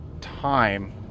time